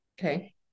Okay